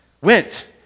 went